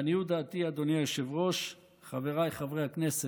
לעניות דעתי, אדוני היושב-ראש, חבריי חברי הכנסת,